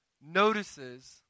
notices